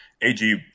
ag